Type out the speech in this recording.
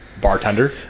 bartender